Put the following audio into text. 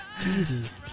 Jesus